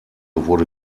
wurde